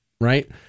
Right